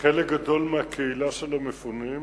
חלק גדול מהקהילה של המפונים,